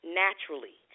naturally